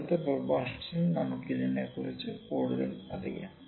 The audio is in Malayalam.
അടുത്ത പ്രഭാഷണത്തിൽ നമുക്കു ഇതിനെക്കുറിച്ച് കൂടുതൽ അറിയാം